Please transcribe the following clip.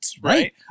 right